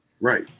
Right